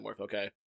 Okay